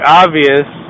obvious